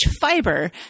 fiber